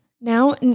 now